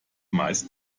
meist